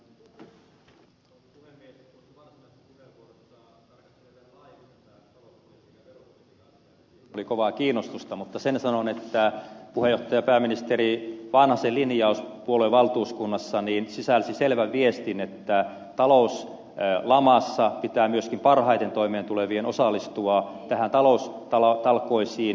varsinaisessa puheenvuorossa tarkastelen vähän laajemmin talouspolitiikan perusteita mihin oli kovaa kiinnostusta mutta sen sanon että puheenjohtaja pääministeri vanhasen linjaus puoluevaltuuskunnassa sisälsi selvän viestin että talouslamassa pitää myöskin parhaiten toimeen tulevien osallistua taloustalkoisiin